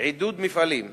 עידוד מפעלים,